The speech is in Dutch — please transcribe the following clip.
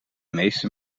meeste